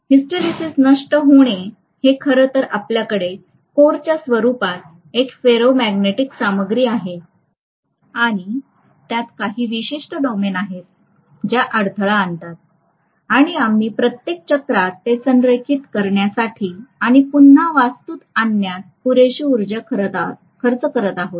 hysteresis नष्ट होणे हे खरं तर आपल्याकडे कोरच्या स्वरुपात एक फेरोमॅग्नेटिक सामग्री आहे आणि त्यात काही विशिष्ट डोमेन आहेत ज्या अडथळा आणतात आणि आम्ही प्रत्येक चक्रात ते संरेखित करण्यासाठी आणि पुन्हा वास्तूत आणण्यात पुरेशी ऊर्जा खर्च करत आहोत